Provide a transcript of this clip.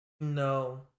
No